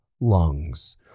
lungs